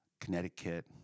Connecticut